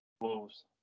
Wolves